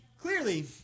clearly